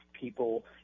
people